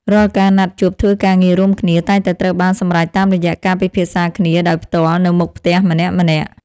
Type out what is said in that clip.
រាល់ការណាត់ជួបធ្វើការងាររួមគ្នា តែងតែត្រូវបានសម្រេចតាមរយៈការពិភាក្សាគ្នាដោយផ្ទាល់នៅមុខផ្ទះម្នាក់ៗ។